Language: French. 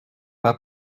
pas